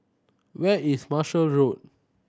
where is Marshall Road